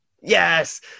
Yes